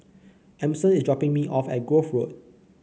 Emmons is dropping me off at Grove Road